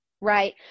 right